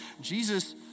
Jesus